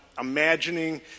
imagining